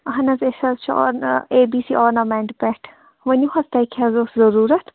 اہن حظ أسۍ حظ چھِ اے بی سی آرنَمٮ۪نٛٹ پٮ۪ٹھ ؤنِو حظ تۄہہِ کٛیاہ حظ اوس ضُورَتھ